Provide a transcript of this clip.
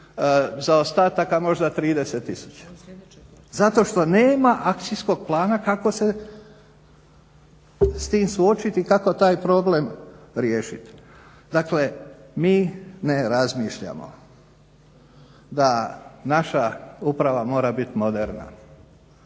zaostataka možda 30000 zato što nema akcijskog plana kako se s tim suočiti i kako taj problem riješiti. Dakle, mi ne razmišljamo da naša uprava mora bit moderna.